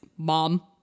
mom